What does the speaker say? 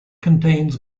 contains